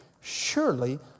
surely